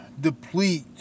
deplete